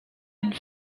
une